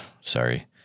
sorry